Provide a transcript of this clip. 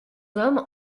hommes